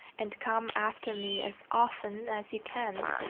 and come after me as often as you can,